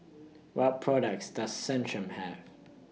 What products Does Centrum Have